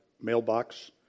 mailbox